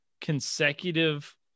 consecutive